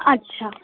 अच्छा